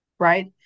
Right